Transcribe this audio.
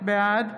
בעד